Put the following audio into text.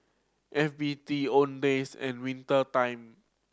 F B T Owndays and Winter Time